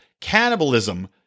cannibalism